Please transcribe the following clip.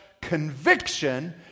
conviction